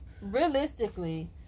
Realistically